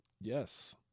Yes